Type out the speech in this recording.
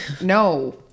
no